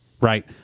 Right